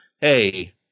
hey